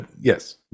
Yes